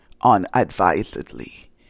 unadvisedly